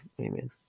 Amen